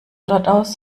dort